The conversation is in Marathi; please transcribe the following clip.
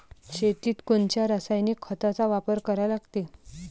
शेतीत कोनच्या रासायनिक खताचा वापर करा लागते?